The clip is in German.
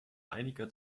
einige